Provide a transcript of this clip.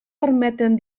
permeten